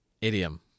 idiom